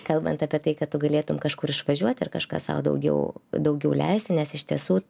kalbant apie tai kad tu galėtum kažkur išvažiuoti ar kažką sau daugiau daugiau leisti nes iš tiesų